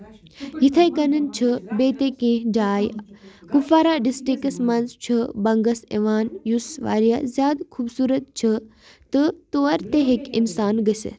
یِتھے کٔنۍ چھُ بیٚیہِ تہِ کیٚنٛہہ جایہِ کوپوارا ڈِسٹرکس منٛز چھُ بنگس یِوان یُس واریاہ زیادٕ خوٗبصوٗرت چھُ تہٕ تور تہِ ہیٚکہِ اِنسان گٔژھِتھ